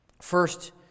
First